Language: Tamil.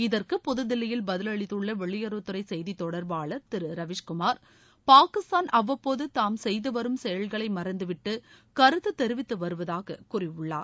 இதற்கு புதுதில்லியில் பதிலளித்துள்ள வெளியுறவுத்துறை செய்தி தொடர்பாளர் திரு ரவிஸ்குமார் பாகிஸ்தான் அவ்வப்போது தாம் செய்து வரும் செயல்களை மறந்து விட்டு கருத்து தெரிவித்து வருவதாக கூறியுள்ளார்